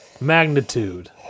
magnitude